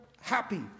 happy